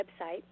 website